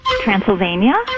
Transylvania